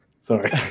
Sorry